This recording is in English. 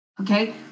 Okay